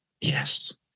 Yes